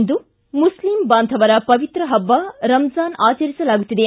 ಇಂದು ಮುಸ್ಲಿ ಬಾಂಧವರ ಪವಿತ್ರ ಹಬ್ಬ ರಮಜಾನ್ ಆಚರಿಸಲಾಗುತ್ತಿದೆ